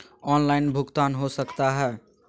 Online भुगतान हो सकता है?